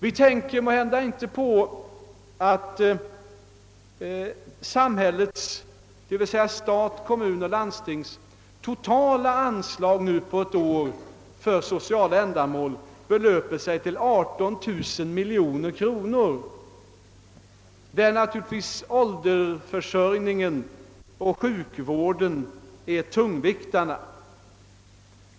Vi tänker måhända inte på att samhällets — d. v. s. statens, kommunernas och landstingens — totala anslag till sociala ändamål nu för ett år belöper sig till 18000 miljoner kronor. Ålderdomsförsörjningen och sjukvården är naturligtvis tungviktarna härvidlag.